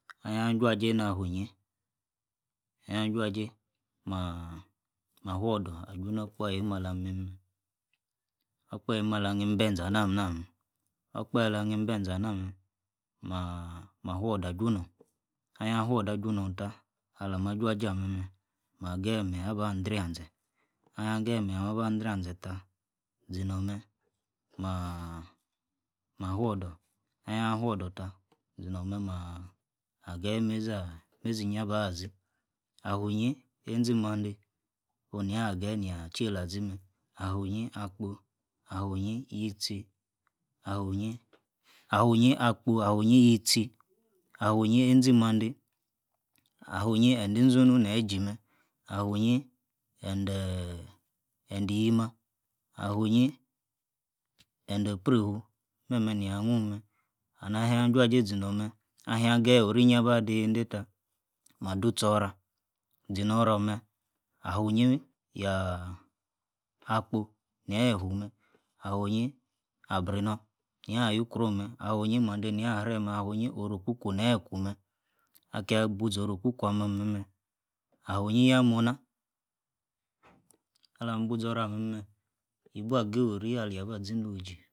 Anhia- juahei na fu-inyli, hia-juajei maah mah fuor dor aju nor- okpahiem alah mim- meh okpaheim alah hnim ibenze anah nah- meh, okpahe ala hnim benzeh anah- meh. mah- mah fuor dor ah junor. anhia fuor- dor ah- junor tah. alama juajei ah- meh- meh, meh meh geyi menyi abah- drian- zen ahia geyi menyi ah- meh abah- drain- zen tab zinor- meh maah. mah fuordor. ahia fuor- dor tah. zinor- meh maah. mah geyi meizi ah meizi- inyi abazi, ah- fuinyi, einzi- mandei, onu nia geyi nia cheila-azi meh. ah- fuinyi akpo. ah winyi ticha, ab- winyi akpo, ah- winyi yitchi. ah winyi einzi mandei, ah- winyi endeh- izunu nieyi- ji- meh. ah- winyi endeeeh. endi- yimah. ah- winyi, endo-preifu, meh- meh nia hnun meh and ahhia juajei zinor- meh, ahia geyi orinyi aba dei- yei- dei tah, mah- du- tcho- rah, zinorah or- meh, ah- funinyi yah- akpo neyi fu meh. ah- winyi aborinor. nia- yukruohn meh, ah- winyi mandei nia hre meh, ah- winiyi oro- kuku nie ku- meh akia- busoro- kuku ah- meh, ah- winiyi nah mornah, alam bu zorah ah meh- meh. yibua geyu ori alia bah zi noji.